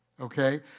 okay